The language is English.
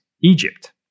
Egypt